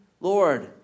Lord